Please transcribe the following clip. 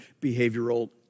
behavioral